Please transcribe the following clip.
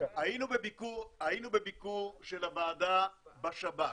היינו בביקור של הוועדה בשב"כ,